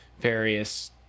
various